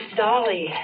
Dolly